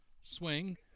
Swing